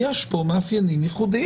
יש פה התעללות או חבלות כאלה ואחרות,